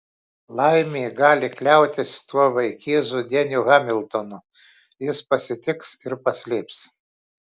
laimė gali kliautis tuo vaikėzu deniu hamiltonu jis pasitiks ir paslėps